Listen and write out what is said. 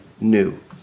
new